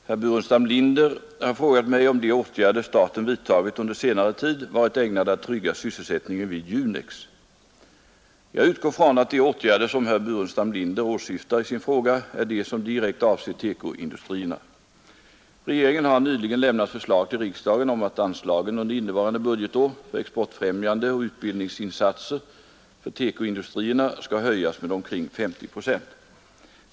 Herr talman! Herr Burenstam Linder har frågat mig om de åtgärder staten vidtagit under senare tid varit ägnade att trygga sysselsättningen vid Junex. Jag utgår från att de åtgärder som herr Burenstam Linder åsyftar i sin fråga är de som direkt avser TEKO-industrierna. Regeringen har nyligen lämnat förslag till riksdagen om att anslagen under innevarande budgetår för exportfrämjande och utbildningsinsatser för TEKO-industrierna skall höjas med omkring 50 procent.